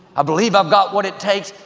i believe i've got what it takes,